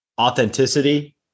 authenticity